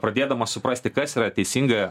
pradėdamas suprasti kas yra teisinga